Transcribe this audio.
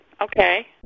Okay